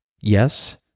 yes